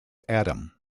adam